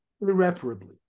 irreparably